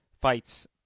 fights